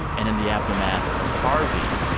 and in the aftermath of harvey,